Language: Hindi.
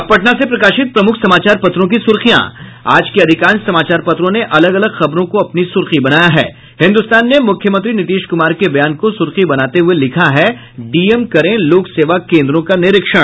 अब पटना से प्रकाशित प्रमुख समाचार पत्रों की सुर्खियां आज के अधिकांश समाचार पत्रों ने अलग अलग खबरों को अपनी सुर्खी बनाया है हिन्दुस्तान ने मुख्यमंत्री नीतीश कुमार के बयान को सुर्खी बनाते हुए लिखा है डीएम करें लोक सेवा केंद्रों का निरीक्षण